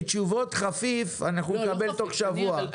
כי תשובות חפיף אנחנו נקבל תוך שבוע.